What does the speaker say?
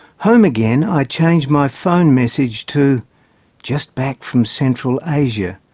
home again, i changed my phone message to just back from central asia,